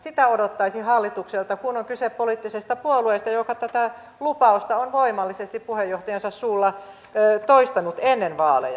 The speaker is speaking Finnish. sitä odottaisin hallitukselta kun on kyse poliittisesta puolueesta joka tätä lupausta on voimallisesti puheenjohtajansa suulla toistanut ennen vaaleja